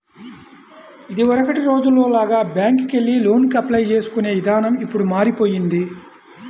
ఇదివరకటి రోజుల్లో లాగా బ్యేంకుకెళ్లి లోనుకి అప్లై చేసుకునే ఇదానం ఇప్పుడు మారిపొయ్యింది